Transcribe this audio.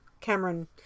cameron